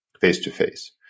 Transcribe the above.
face-to-face